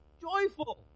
Joyful